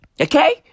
Okay